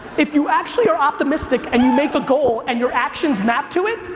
if you actually are optimistic and you make a goal and your actions map to it,